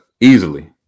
easily